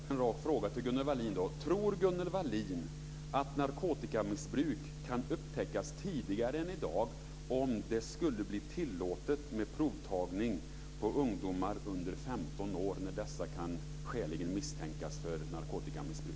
Fru talman! Jag vill ställa en rak fråga till Gunnel Wallin: Tror Gunnel Wallin att narkotikamissbruk kan upptäckas tidigare än i dag om det skulle bli tillåtet med provtagning på ungdomar under 15 år när dessa kan skäligen misstänkas för narkotikamissbruk?